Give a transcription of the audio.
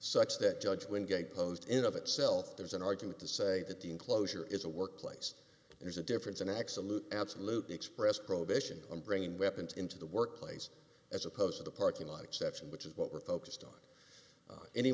such that judge wingate posed in of itself there's an argument to say that the enclosure is a work place there's a difference an excellent d absolutely expressed prohibition on bringing weapons into the workplace as opposed to the parking lot exception which is what we're focused on any